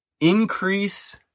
increase